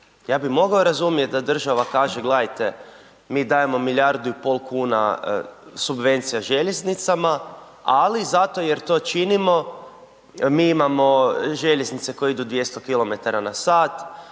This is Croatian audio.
ja bi mogao razumjet da država kaže gledajte mi dajemo 1,5 milijardu subvencija željeznicama, ali zato jer to činimo mi imamo željeznice koje idu 200 km/h,